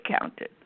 counted